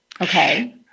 Okay